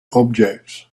objects